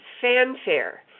fanfare